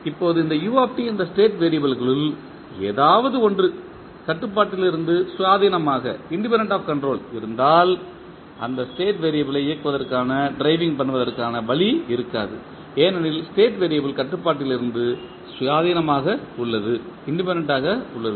இப்போது இந்த u என்ற ஸ்டேட் வெறியபிள்களுள் ஏதாவது ஒன்று கட்டுப்பாட்டிலிருந்து சுயாதீனமாக இருந்தால் இந்த ஸ்டேட் வெறியபிளை இயக்குவதற்கான வழி இருக்காது ஏனெனில் ஸ்டேட் வேரியபிள் கட்டுப்பாட்டிலிருந்து சுயாதீனமாக உள்ளது